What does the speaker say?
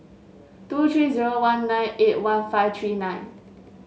two three zero one nine eight one five three nine